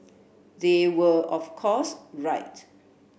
they were of course right